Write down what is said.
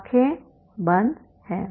आंखें बंद हैं